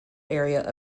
area